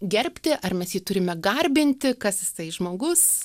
gerbti ar mes jį turime garbinti kas jisai žmogus